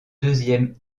deuxième